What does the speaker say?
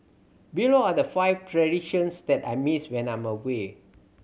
below are the five traditions that I miss when I'm away